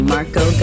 Marco